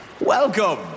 Welcome